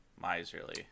Miserly